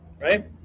right